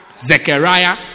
Zechariah